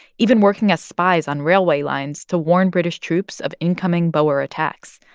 even working as spies on railway lines to warn british troops of incoming boer attacks.